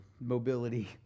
mobility